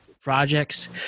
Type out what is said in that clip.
projects